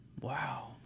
wow